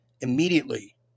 immediately